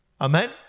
Amen